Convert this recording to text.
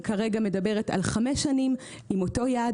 מדברת כרגע על חמש שנים עם אותו יעד,